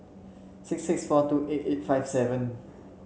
six six four two eight eight five seven